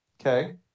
Okay